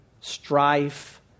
strife